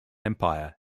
empire